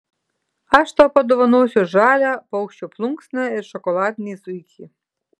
aš tau padovanosiu žalią paukščio plunksną ir šokoladinį zuikį